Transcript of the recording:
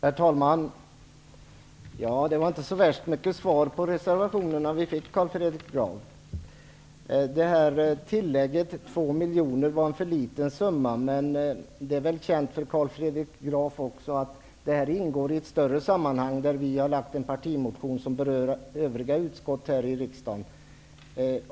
Herr talman! Carl Fredrik Graf gav inte så värst mycket svar på reservationerna. Tillägget på 2 miljoner ansågs vara en för liten summa. Men det är väl också känt för Carl Fredrik Graf att detta ingår i ett större sammanhang där vi har lagt en partimotion som berör övriga utskott här i riksdagen.